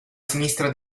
sinistra